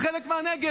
על